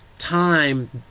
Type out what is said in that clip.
time